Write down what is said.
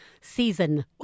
season